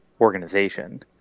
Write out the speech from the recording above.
organization